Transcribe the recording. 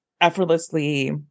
effortlessly